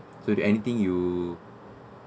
so is there anything you